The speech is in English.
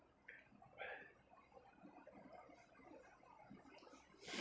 yourself